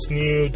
new